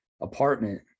apartment